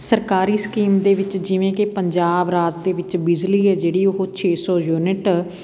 ਸਰਕਾਰੀ ਸਕੀਮ ਦੇ ਵਿੱਚ ਜਿਵੇਂ ਕਿ ਪੰਜਾਬ ਰਾਜ ਦੇ ਵਿੱਚ ਬਿਜਲੀ ਹੈ ਜਿਹੜੀ ਉਹ ਛੇ ਸੌ ਯੂਨਿਟ